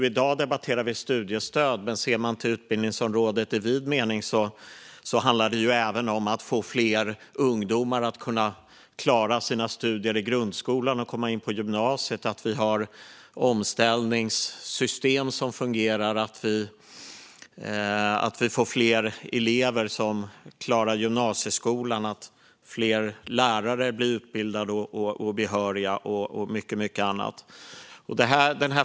I dag debatterar vi studiestöd, men ser man till utbildningsområdet i vid mening handlar det även om att få fler ungdomar att klara sina studier i grundskolan och komma in på gymnasiet, om att ha omställningssystem som fungerar, om att få fler elever som klarar gymnasieskolan, om att fler lärare blir utbildade och behöriga och mycket annat.